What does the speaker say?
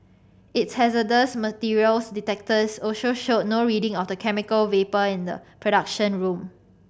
its hazardous materials detectors also showed no reading of the chemical vapour in the production room